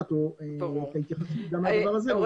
הדעת והתייחסות גם לדבר הזה.